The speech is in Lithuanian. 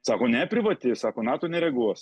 sako ne privati sako nato nereaguos